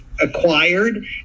acquired